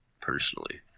personally